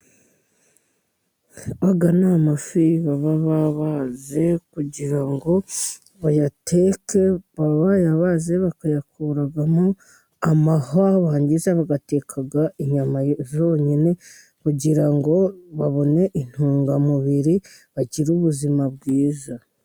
Aya ni amafi baba babaze kugira ngo bayateke. Baba bayabaze bakayakuramo amahwa, barangiza bagateka inyama zonyine, kugira ngo babone intungamubiri. Bagire ubuzima bwiza.